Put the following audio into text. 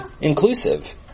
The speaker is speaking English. inclusive